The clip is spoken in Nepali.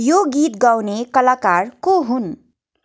यो गीत गाउने कलाकार को हुन्